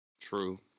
True